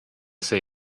see